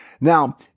Now